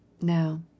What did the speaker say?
Now